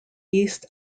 east